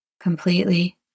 completely